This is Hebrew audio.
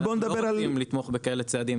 אז אנחנו לא יכולים לתמוך בכאלה צעדים,